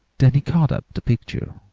then he caught up the picture.